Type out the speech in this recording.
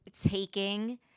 taking